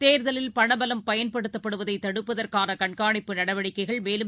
தேர்தலில் பணபலம் பயன்படுத்தப்படுவதைதடுப்பதற்கானகண்காணிப்பு நடவடிக்கைகள் மேலும்